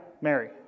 Mary